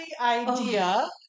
idea